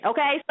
Okay